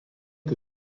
que